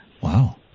Wow